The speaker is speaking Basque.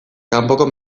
kanpoko